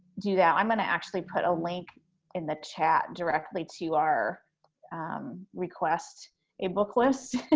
do that i'm gonna actually put a link in the chat directly to our request a book list